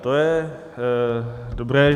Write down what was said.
To je dobré.